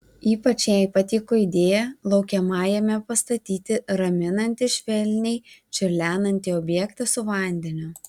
ypač jai patiko idėja laukiamajame pastatyti raminantį švelniai čiurlenantį objektą su vandeniu